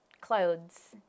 clothes